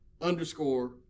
underscore